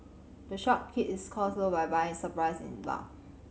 the shop keeps cost low by buying its supplies in bulk